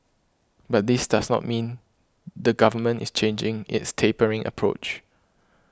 but this does not mean the Government is changing its tapering approach